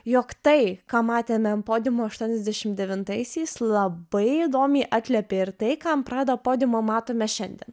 jog tai ką matėme ant podiumo aštuoniasdešimt devintaisiais labai įdomiai atliepė ir tai ką ant prada podiumo matome šiandien